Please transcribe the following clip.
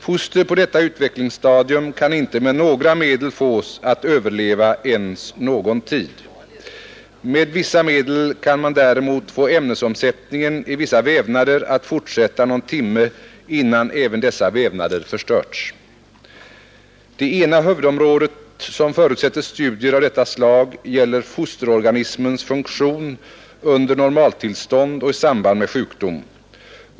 Foster på detta utvecklingsstadium kan inte med några medel fås att överleva ens någon tid. Med vissa medel kan man däremot få ämnesomsättningen i vissa vävnader att fortsätta någon timme innan även dessa vävnader förstörs. Det ena huvudområdet som förutsätter studier av detta slag gäller fosterorganismens funktion under normaltillstånd och i samband med sjukdom.